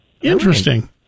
Interesting